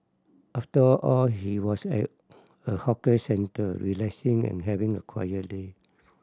after all he was at a hawker centre relaxing and having a quiet day